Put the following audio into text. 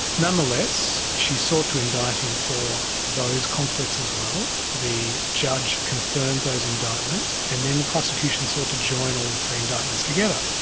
nonetheless, she sought to indict him for those conflicts as well. the judge confirmed those indictments and then the prosecution sought to join all the three indictments together.